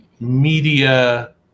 media